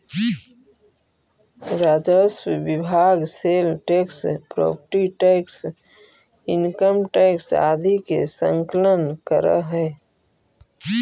राजस्व विभाग sale tax property tax income tax आदि के संकलन करऽ हई